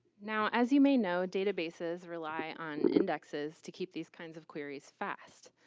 now as you may know, databases rely on indexes to keep these kinds of queries fast.